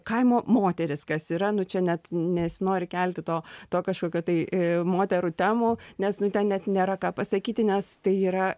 kaimo moterys kas yra nu čia net nesinori kelti to to kažkokio tai moterų temų nes nu ten net nėra ką pasakyti nes tai yra